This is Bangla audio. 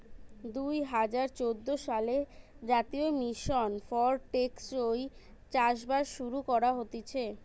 দুই হাজার চোদ্দ সালে জাতীয় মিশন ফর টেকসই চাষবাস শুরু করা হতিছে